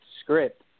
script